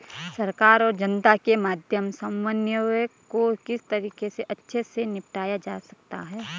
सरकार और जनता के मध्य समन्वय को किस तरीके से अच्छे से निपटाया जा सकता है?